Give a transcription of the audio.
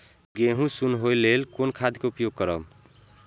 गेहूँ सुन होय लेल कोन खाद के उपयोग करब?